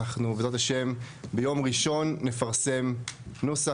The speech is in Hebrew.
אנחנו בעזרת ה' נפרסם נוסח,